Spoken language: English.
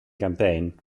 campaign